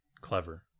clever